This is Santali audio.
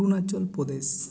ᱚᱨᱩᱱᱟᱪᱚᱞ ᱯᱨᱚᱫᱮᱥ